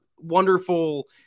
Wonderful